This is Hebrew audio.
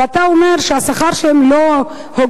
ואתה אומר שהשכר שלהם לא הוגן,